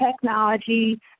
technology